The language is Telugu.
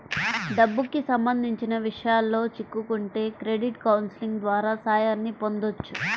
డబ్బుకి సంబంధించిన విషయాల్లో చిక్కుకుంటే క్రెడిట్ కౌన్సిలింగ్ ద్వారా సాయాన్ని పొందొచ్చు